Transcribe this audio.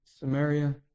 Samaria